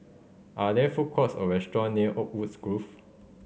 are there food courts or restaurant near Oakwood's Grove